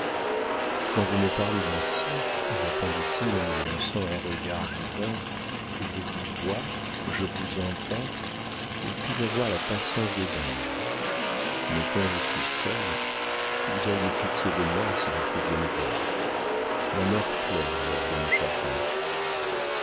quand vous me parlez ainsi répondit-il en lui lançant un regard divin je vous vois je vous entends et puis avoir la patience des anges mais quand je suis seul vous auriez pitié de moi si vous pouviez me voir ma mère pleure alors de mon chagrin